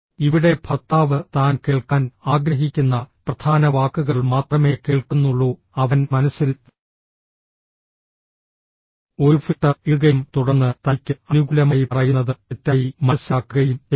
ഇവിടെ ഭർത്താവ് താൻ കേൾക്കാൻ ആഗ്രഹിക്കുന്ന പ്രധാന വാക്കുകൾ മാത്രമേ കേൾക്കുന്നുള്ളൂ അവൻ മനസ്സിൽ ഒരു ഫിൽട്ടർ ഇടുകയും തുടർന്ന് തനിക്ക് അനുകൂലമായി പറയുന്നത് തെറ്റായി മനസ്സിലാക്കുകയും ചെയ്യുന്നു